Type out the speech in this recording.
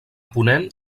ponent